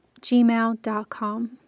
gmail.com